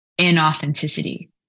inauthenticity